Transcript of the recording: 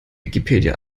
wikipedia